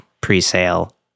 pre-sale